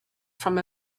from